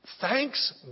thanks